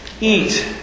eat